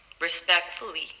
respectfully